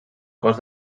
cos